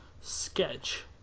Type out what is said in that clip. sketch